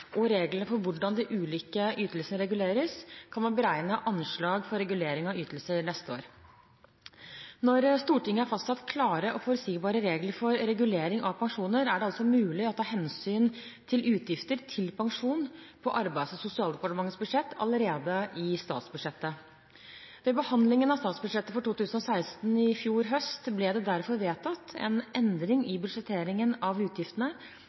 og reglene for hvordan de ulike ytelsene reguleres, kan man beregne anslag for regulering av ytelser neste år. Når Stortinget har fastsatt klare og forutsigbare regler for regulering av pensjoner, er det altså mulig å ta hensyn til utgifter til pensjon på Arbeids- og sosialdepartementets budsjett allerede i statsbudsjettet. Ved behandlingen av statsbudsjettet for 2016 i fjor høst ble det derfor vedtatt en endring i budsjetteringen av utgiftene